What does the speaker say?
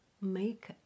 make